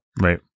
Right